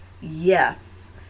yes